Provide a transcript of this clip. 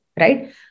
Right